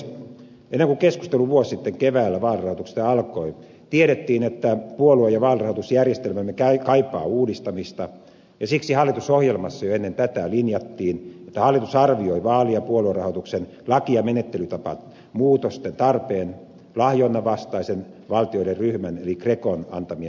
ennen kuin keskustelu vuosi sitten keväällä vaalirahoituksesta alkoi tiedettiin että puolue ja vaalirahoitusjärjestelmämme kaipaa uudistamista ja siksi hallitusohjelmassa jo ennen tätä linjattiin että hallitus arvioi vaali ja puoluerahoituksen laki ja menettelytapamuutosten tarpeen lahjonnanvastaisen valtioiden ryhmän eli grecon antamien suositusten jälkeen